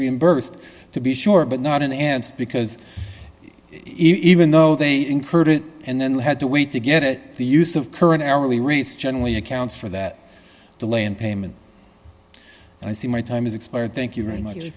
reimbursed to be sure but not an answer because even though they incurred it and then had to wait to get it the use of current hourly rates generally accounts for that delay in payment i see my time has expired thank you very much